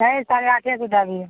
हइ साढ़े आठे सओमे दै दिऔ